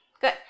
Good